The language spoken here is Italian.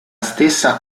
stessa